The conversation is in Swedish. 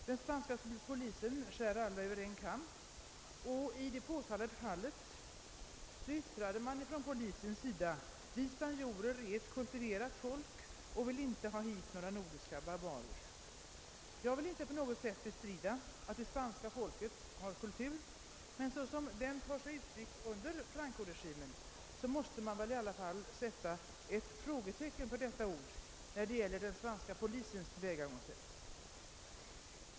Den spans ka polisen skär alla skandinaver över en kam och man hade från detta håll i det av mig nämnda fallet yttrat sig på följande sätt: »Vi spanjorer är ett kultiverat folk och vill inte ha hit några nordiska barbarer.» Jag vill inte på något sätt bestrida att det spanska folket har kultur — men så som den tar sig uttryck under Francoregimen måste man väl i alla fall sätta ett frågetecken för detta ord i samband med den spanska polisens tillvägagångssätt.